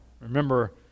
remember